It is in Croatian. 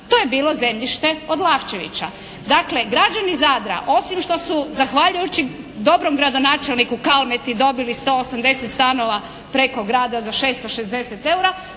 to je bilo zemljište od Lavčevića. Dakle građani Zadra osim što su zahvaljujući dobrom gradonačelniku Kalmeti dobili 180 stanova preko grada za 660 eura,